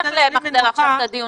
לא צריך למחזר עכשיו את הדיון.